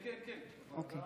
כן, כן, כן.